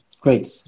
great